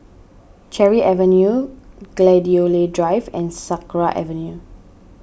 Cherry Avenue Gladiola Drive and Sakra Avenue